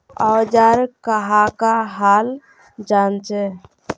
औजार कहाँ का हाल जांचें?